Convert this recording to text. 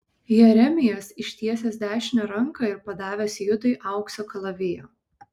jeremijas ištiesęs dešinę ranką ir padavęs judui aukso kalaviją